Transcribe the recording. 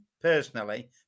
personally